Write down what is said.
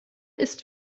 ist